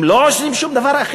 הם לא עושים שום דבר?